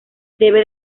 debe